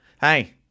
Hey